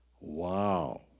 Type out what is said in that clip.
Wow